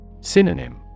Synonym